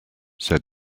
said